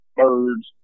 birds